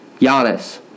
Giannis